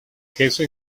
queso